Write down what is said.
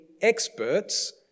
experts